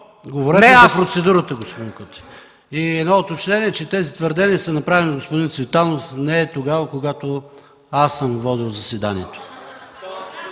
Говорете за процедурата, господин Кутев. И едно уточнение – тези твърдения са направени от господин Цветанов не тогава, когато аз съм водил заседанието.